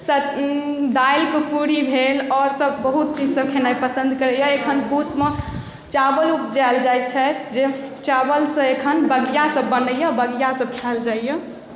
दालिके पूड़ी भेल आओर सब बहुत चीज सब खेनाइ पसन्द करैए एखन पूसमे चावल उपजाएल जाइ छै जाहि चावलसँ एखन बगिआसब बनैए बगिआसब खाएल जाइए